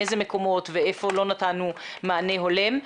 מאיזה מקומות ואיפה לא נתנו מענה הולם.